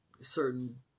certain